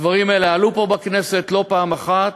הדברים האלה עלו פה בכנסת לא פעם אחת,